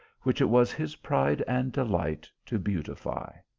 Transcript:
which it was his pride and delight to beautify.